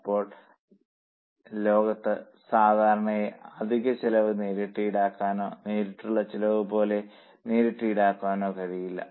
ഇപ്പോൾ ലോകത്ത് സാധാരണയായി അധിക ചിലവ് നേരിട്ട് ഈടാക്കാനോ നേരിട്ടുള്ള ചെലവ് പോലെ നേരിട്ട് ഈടാക്കാനോ കഴിയില്ല